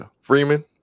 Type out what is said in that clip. Freeman